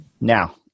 Now